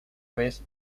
vez